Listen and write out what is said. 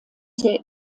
sehr